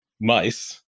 mice